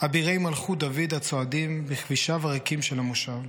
אבירי מלכות דוד / הצועדים / בכבישיו הריקים של המושב.